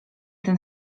ten